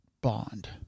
bond